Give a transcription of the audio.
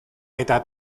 eta